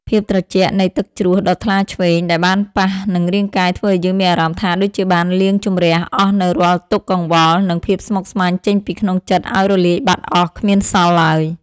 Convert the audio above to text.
ភាពត្រជាក់នៃទឹកជ្រោះដ៏ថ្លាឈ្វេងដែលបានប៉ះនឹងរាងកាយធ្វើឱ្យយើងមានអារម្មណ៍ថាដូចជាបានលាងជម្រះអស់នូវរាល់ទុក្ខកង្វល់ និង ភាពស្មុគស្មាញចេញពីក្នុងចិត្តឱ្យរលាយបាត់អស់គ្មានសល់ឡើយ។